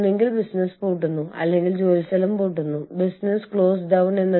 office ഇല്ലാത്ത മറ്റേതെങ്കിലും രാജ്യത്തെ കഴിവുള്ള ആളുകൾ ഇവിടെ വരുന്നു